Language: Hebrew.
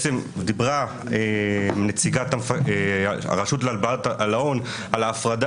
דיברה נציגת הרשות לאיסור הלבנת הון על ההפרדה